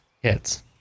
Hits